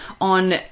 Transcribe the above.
on